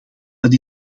dat